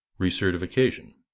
recertification